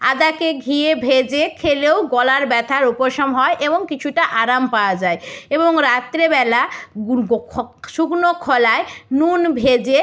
আদাকে ঘিয়ে ভেজে খেলেও গলার ব্যথার উপশম হয় এবং কিছুটা আরাম পাওয়া যায় এবং রাত্রেবেলা গুড়গো খ শুকনো খোলায় নুন ভেজে